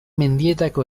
mendietako